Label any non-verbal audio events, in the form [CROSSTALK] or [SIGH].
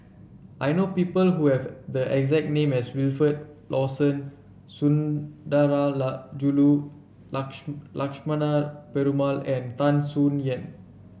I know people who have the exact name as Wilfed Lawson Sundarajulu [UNINTELLIGIBLE] Lakshmana Perumal and Tan Soo Nan